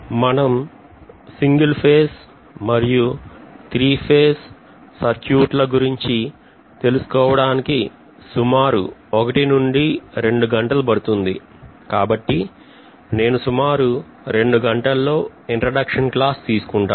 మనం single phase మరియు three phase ఈ సర్క్యూట్ ల గురించి తెలుసుకోవడానికి సుమారు ఒకటి నుంచి రెండు గంటలు పడుతుంది కాబట్టి నేను సుమారు రెండు గంటల్లో ఇంట్రడక్షన్ క్లాసు తీసుకుంటాను